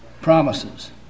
promises